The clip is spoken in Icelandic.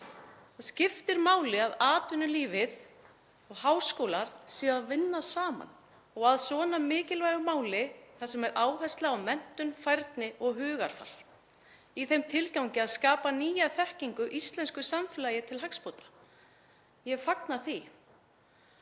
Það skiptir máli að atvinnulífið og háskólar séu að vinna saman og að svona mikilvægu máli þar sem er áhersla á menntun, færni og hugarfar í þeim tilgangi að skapa nýja þekkingu, íslensku samfélagi til hagsbóta. Ég fagna því.